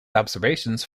observations